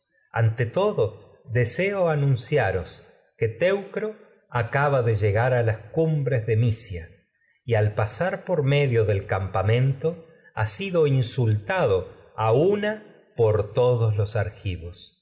ante todo deseo anun ciaros que y teucro pasar una acaba de llegar de las por cumbres de misia al a medio del campamento al ha sido venir insultado de por todos en los argivos